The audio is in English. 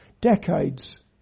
decades